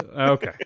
Okay